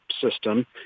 system